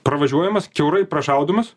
pravažiuojamas kiaurai prašaudomas